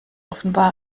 offenbar